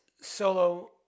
solo